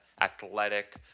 athletic